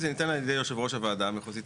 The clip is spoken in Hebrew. עדכנתי גם בישיבה הקודמת,